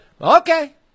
okay